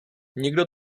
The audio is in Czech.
nikdo